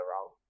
wrong